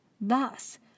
Thus